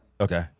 okay